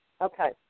Okay